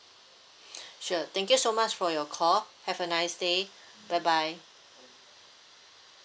sure thank you so much for your call have a nice day bye bye